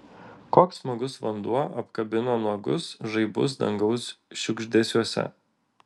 koks smagus vanduo apkabino nuogus žaibus dangaus šiugždesiuose